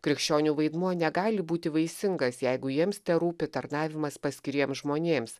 krikščionių vaidmuo negali būti vaisingas jeigu jiems terūpi tarnavimas paskiriems žmonėms